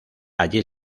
allí